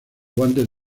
guantes